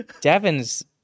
Devin's